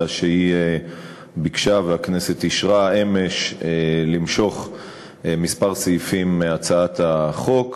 אלא שהיא ביקשה והכנסת אישרה אמש למשוך כמה סעיפים מהצעת החוק.